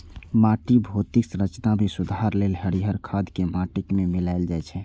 माटिक भौतिक संरचना मे सुधार लेल हरियर खाद कें माटि मे मिलाएल जाइ छै